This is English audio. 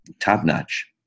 top-notch